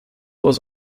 was